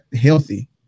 healthy